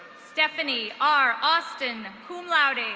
stephanie r austin, cum laude.